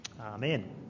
Amen